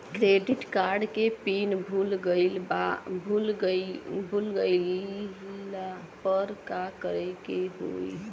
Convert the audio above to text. Credit card के pin भूल गईला पर का करे के होई?